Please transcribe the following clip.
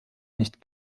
nicht